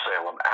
Salem